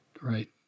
right